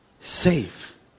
safe